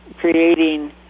creating